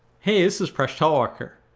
hey this is presh talwalkar.